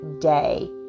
day